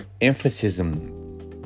emphasis